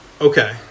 Okay